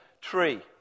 tree